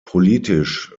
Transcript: politisch